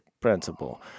principle